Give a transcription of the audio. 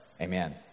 Amen